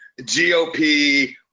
GOP